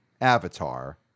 Avatar